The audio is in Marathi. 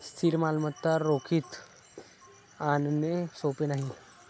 स्थिर मालमत्ता रोखीत आणणे सोपे नाही